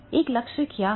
एक लक्ष्य क्या है